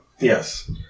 Yes